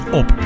op